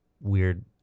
weird